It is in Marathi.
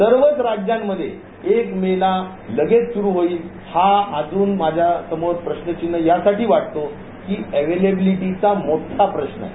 सर्वच राज्यांमध्ये एक मे ला लगेच सुरु होईल हा अजून माझ्यासमोर प्रश्नचिन्ह यासाठी वाटतो की अव्हॅबिलीटीचा मोठा प्रश्न आहे